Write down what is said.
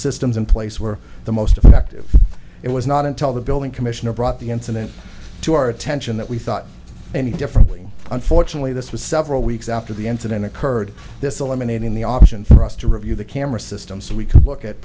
systems in place were the most effective it was not until the building commissioner brought the incident to our attention that we thought any differently unfortunately this was several weeks after the incident occurred this eliminating the option for us to review the camera system so we could look at